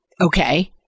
okay